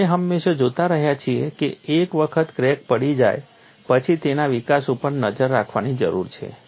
અને આપણે હંમેશાં જોતા રહ્યા છીએ કે એક વખત ક્રેક પડી જાય પછી તેના વિકાસ ઉપર નજર રાખવાની જરૂર છે